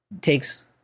takes